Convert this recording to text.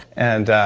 and